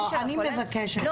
אני מבקשת,